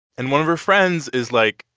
and one of her friends is like,